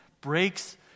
breaks